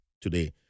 today